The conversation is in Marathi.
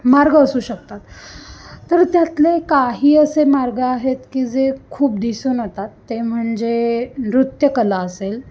मार्ग असू शकतात तर त्यातले काही असे मार्ग आहेत की जे खूप दिसून येतात ते म्हणजे नृत्यकला असेल